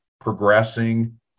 progressing